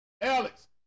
Alex